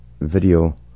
video